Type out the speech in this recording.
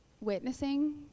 witnessing